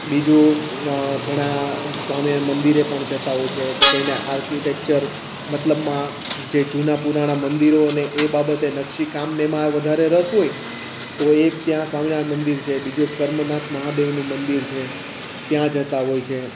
બીજું ઘણા સ્વામિનારાયણ મંદિરે પણ જતા હોય છે કોઈને આર્કિટેક્ચર મતલબમાં જે જૂના પુરાણા મંદિરોને એ બાબતે નકશીકામને એમાં વધારે રસ હોય તો એ ત્યાં સ્વામિનારાયણ મંદિર છે બીજું એક કર્મનાથ મહાદેવનું મંદિર છે ત્યાં જતા હોય છે